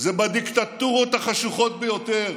הוא בדיקטטורות החשוכות ביותר?